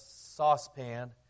saucepan